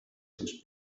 seus